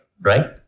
right